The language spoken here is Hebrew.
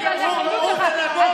אז